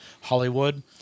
Hollywood